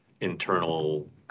internal